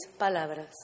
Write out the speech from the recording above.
palabras